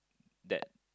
that